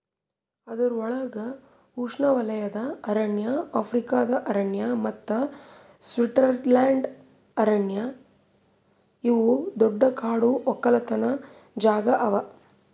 ಅದುರ್ ಒಳಗ್ ಉಷ್ಣೆವಲಯದ ಅರಣ್ಯ, ಆಫ್ರಿಕಾದ ಅರಣ್ಯ ಮತ್ತ ಸ್ವಿಟ್ಜರ್ಲೆಂಡ್ ಅರಣ್ಯ ಇವು ದೊಡ್ಡ ಕಾಡು ಒಕ್ಕಲತನ ಜಾಗಾ ಅವಾ